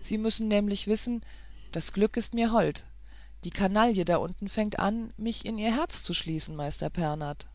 sie müssen nämlich wissen das gluck ist mir hold die kanaille da unten fängt an mich in ihr herz zu schließen meister pernath